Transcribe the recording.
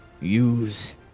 use